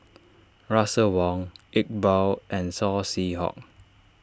Russel Wong Iqbal and Saw Swee Hock